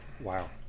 Wow